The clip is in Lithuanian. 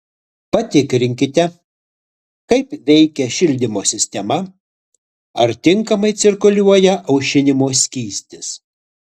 patikrinkite kaip veikia šildymo sistema ar tinkamai cirkuliuoja aušinimo skystis